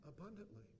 abundantly